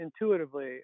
intuitively